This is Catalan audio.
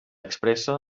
expressa